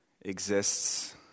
exists